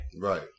Right